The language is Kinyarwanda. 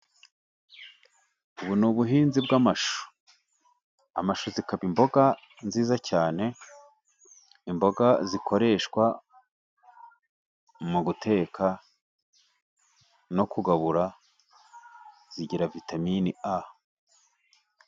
Ubu n'ubuhinzi bw'amashu, amashu zikaba imboga nziza cyane imboga, zikoreshwa mu guteka no kugabura bigira vitamine a.